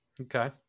Okay